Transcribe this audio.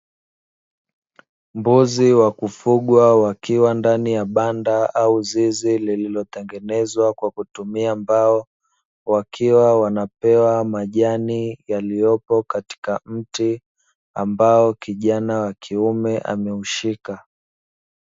Mbuzi wa kufugwa wakiwa ndani ya banda au zizi, lililotengenezwa kwa kutumia mbao, wakiwa wanapewa majani yaliyopo katika mti ambao kijana wa kiume ameushika.